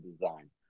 design